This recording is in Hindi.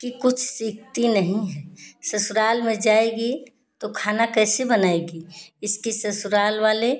कि कुछ सीखती नही है ससुराल में जाएगी तो खाना कैसे बनाएगी इसके ससुराल वाले